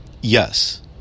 Yes